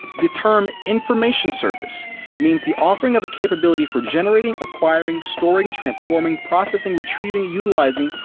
the term information service' means the offering of a capability for generating, acquiring, storing, transforming, processing, retrieving, utilizing,